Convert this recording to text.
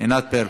ענת ברקו.